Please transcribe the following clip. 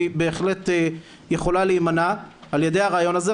בהחלט יכולה להמנע על ידי הרעיון הזה,